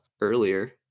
earlier